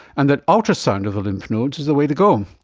and that ultrasound of the lymph nodes is the way to go.